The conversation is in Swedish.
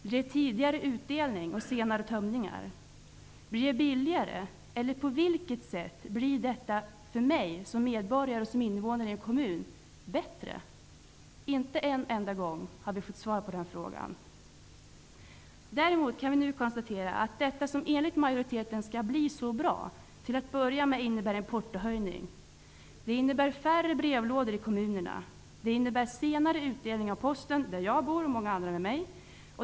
Blir det tidigare utdelning och senare tömningar? Blir det billigare? Eller på vilket sätt blir det bättre för mig som medborgare och som innevånare i en kommun? Vi har inte någon enda gång fått svar på dessa frågor. Vi kan nu däremot konstatera att detta som enligt majoriteten skall bli så bra till att börja med innebär en portohöjning. Det innebär färre brevlådor i kommunerna. Det innebär senare utdelning av posten där jag bor och för många med mig.